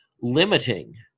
limiting